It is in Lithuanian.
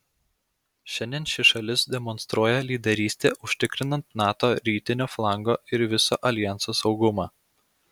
šiandien ši šalis demonstruoja lyderystę užtikrinant nato rytinio flango ir viso aljanso saugumą